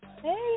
Hey